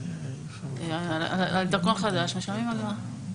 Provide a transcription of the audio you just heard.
על דרכון חדש משלמים אגרה.